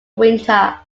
winter